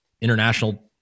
international